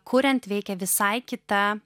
kuriant veikia visai kita